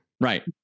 Right